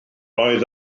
oedd